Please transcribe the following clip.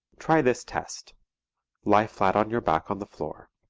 try this test lie flat on your back on the floor.